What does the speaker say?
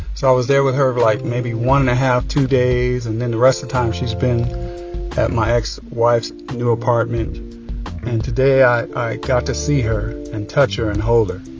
so i was there with her for, like, maybe one and a half, two days. and then the rest of the time, she's been at my ex-wife's new apartment. and today i i got to see her and touch her and hold her.